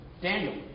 Daniel